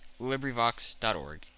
LibriVox.org